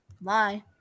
bye